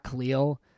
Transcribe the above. Khalil